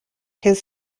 his